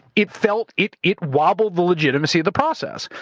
it felt it it wobbled the legitimacy of the process.